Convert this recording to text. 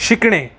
शिकणे